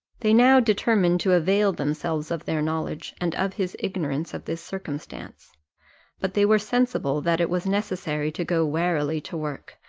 they now determined to avail themselves of their knowledge, and of his ignorance of this circumstance but they were sensible that it was necessary to go warily to work,